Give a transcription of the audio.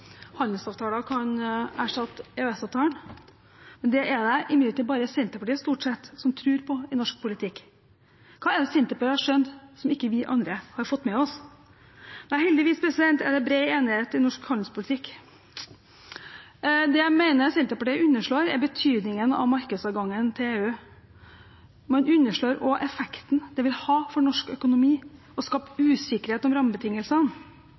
handelsavtaler kan erstatte EØS-avtalen, men det er det imidlertid stort sett bare Senterpartiet som tror på i norsk politikk. Hva er det Senterpartiet har skjønt, som vi andre ikke har fått med oss? Det er heldigvis bred enighet i norsk handelspolitikk. Det jeg mener Senterpartiet underslår, er betydningen av markedsadgangen til EU. Man underslår også effekten det vil ha for norsk økonomi å skape usikkerhet om rammebetingelsene, og